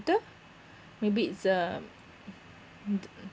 router maybe it's um mm th~